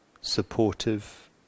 supportive